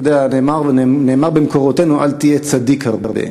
אתה יודע, נאמר במקורותינו: אל תהיה צדיק הרבה.